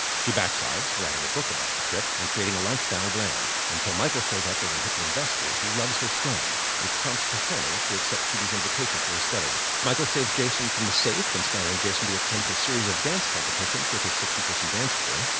she backslides, writing a book about the trip, and creating a lifestyle brand, until michael shows up as a hippie investor who loves her scam, which prompts tahani to accept chidi's invitation for his study. michael saves jason from the safe, inspiring jason to attempt a series of dance competitions with his sixty person dance crew.